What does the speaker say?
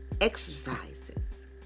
exercises